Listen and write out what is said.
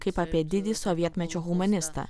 kaip apie didį sovietmečio humanistą